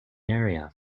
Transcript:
area